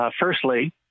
Firstly